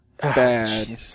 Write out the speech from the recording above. Bad